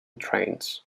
trains